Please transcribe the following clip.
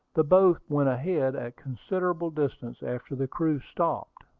the boat went ahead a considerable distance after the screw stopped.